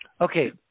Okay